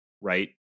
Right